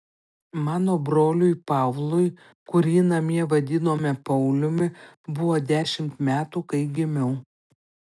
mano broliui pavlui kurį namie vadinome pauliumi buvo dešimt metų kai gimiau